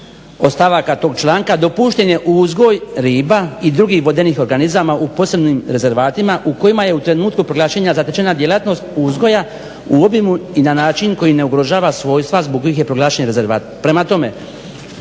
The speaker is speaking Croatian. stavaka tog članka dopušten je uzgoj riba i drugih vodenih organizama u posebnim rezervatima u kojima je u trenutku proglašenja zatečena djelatnost uzgoja u obimu i na način koji ne ugrožava svojstva zbog kojih je proglašen rezervat".